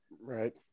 right